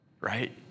right